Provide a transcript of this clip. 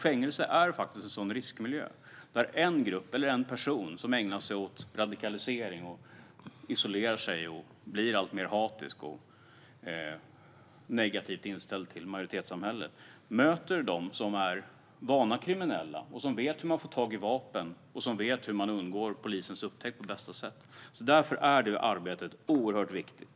Fängelser är en sådan riskmiljö där en person eller grupp som ägnar sig åt radikalisering, som isolerar sig och blir alltmer hatisk och negativt inställd till majoritetssamhället, möter vana kriminella som vet hur man får tag i vapen och hur man på bästa sätt undgår polisens upptäckt. Därför är detta arbete mycket viktigt.